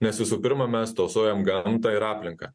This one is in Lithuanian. nes visų pirma mes tausojam gamtą ir aplinką